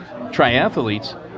triathletes